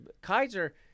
Kaiser